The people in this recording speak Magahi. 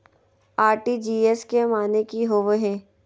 आर.टी.जी.एस के माने की होबो है?